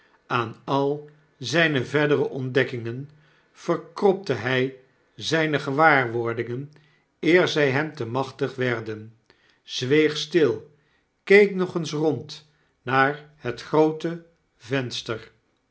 aan al zijne verdere ontdekkingen verkropte hy zyne gewaarwordingen eer zij hem te machtig werden zweeg stil keek nog eens rond naar het groote venster